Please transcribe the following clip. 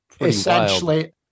essentially